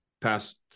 past